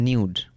Nude